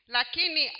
Lakini